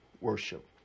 worship